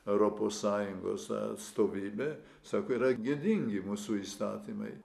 europos sąjungos atstovybė sako yra gėdingi mūsų įstatymai